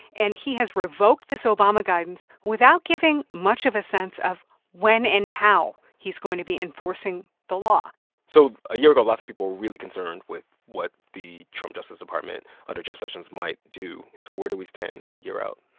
and he has revoked this obama guidance without giving much of a sense of when and how he's going to be enforcing the law so a year ago, lots of people were really concerned with what the trump justice department under jeff sessions might do. so where do we stand a year out?